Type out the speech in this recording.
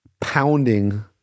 Pounding